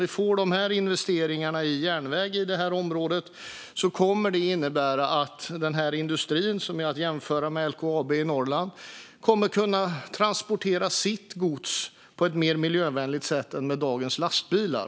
Investeringar i järnväg i det området skulle nämligen innebära att den industrin, som är att jämföra med LKAB i Norrland, kommer att kunna transportera sitt gods på ett mer miljövänligt sätt än med dagens lastbilar.